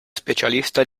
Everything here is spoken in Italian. specialista